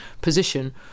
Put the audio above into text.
position